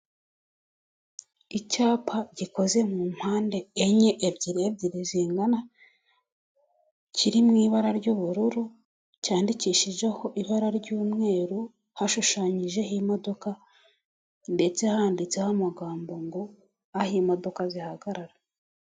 Icyapa gikoze mu mpande enye ebyiri ebyiri zingana, kiri mu ibara ry'ubururu cyandikishijeho ibara ry'umweru, hashushanyijeho imodoka ndetse handitseho amagambo ngo aho imodoka zihagarara.